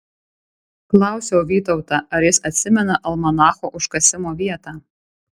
klausiau vytautą ar jis atsimena almanacho užkasimo vietą